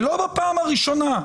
ולא בפעם הראשונה,